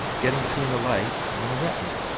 getting between the light and the retina.